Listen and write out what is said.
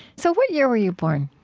so what year were you born?